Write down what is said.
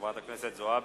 חברת הכנסת זועבי.